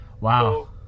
wow